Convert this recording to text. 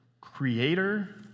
creator